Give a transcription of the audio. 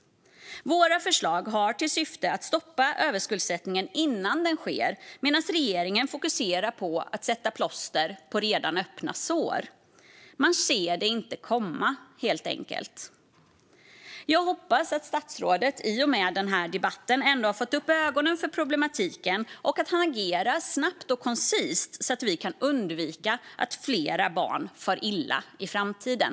Våra förslag har till syfte att stoppa överskuldsättningen innan den sker, medan regeringen fokuserar på att sätta plåster på redan öppna sår. Man ser det helt enkelt inte komma. Jag hoppas att statsrådet i och med den här debatten ändå har fått upp ögonen för problematiken och att han agerar snabbt och koncist så att vi kan undvika att fler barn far illa i framtiden.